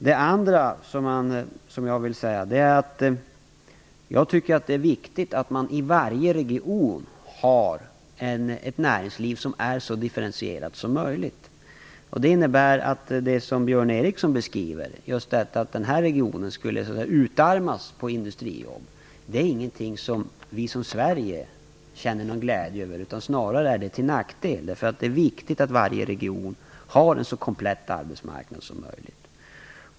Det andra som jag vill säga är att det är viktigt att man i varje region har ett näringsliv som är så differentierat som möjligt. Det innebär att det som Björn Ericson beskriver, att Stockholmsregionen skulle utarmas på industrijobb, inte är någonting som vi som Sverige känner någon glädje över, snarare är det till nackdel. Det är viktigt att varje region har en så komplett arbetsmarknad som möjligt.